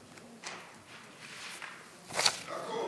אינו